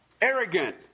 arrogant